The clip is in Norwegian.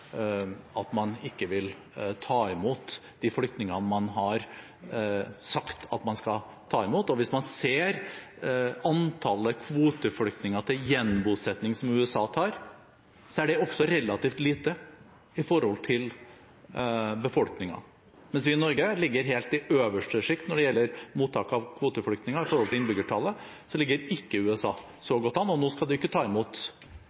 at man ikke vil ta imot de flyktningene man har sagt at man skal ta imot, og hvis man ser antallet kvoteflyktninger til gjenbosetting som USA tar, er det også relativt lite i forhold til befolkningen. Mens vi i Norge ligger helt i øverste sjikt når det gjelder mottak av kvoteflyktninger i forhold til innbyggertallet, ligger ikke USA så godt an – og nå skal de ikke ta imot